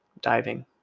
diving